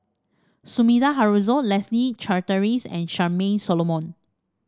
Sumida Haruzo Leslie Charteris and Charmaine Solomon